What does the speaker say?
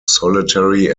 solitary